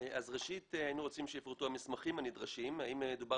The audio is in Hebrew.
היינו רוצים שיפורטו המסמכים הנדרשים, האם מדובר